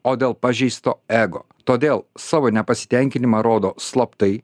o dėl pažeisto ego todėl savo nepasitenkinimą rodo slaptai